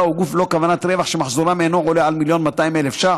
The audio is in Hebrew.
או גוף ללא כוונת רווח שמחזורם אינו עולה על 1.2 מיליון שקלים.